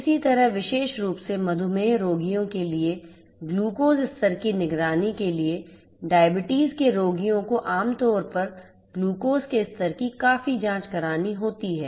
इसी तरह विशेष रूप से मधुमेह रोगियों के लिए ग्लूकोज स्तर की निगरानी के लिए डायबिटीज के रोगियों को आमतौर पर ग्लूकोज के स्तर की काफी जांच करनी होती है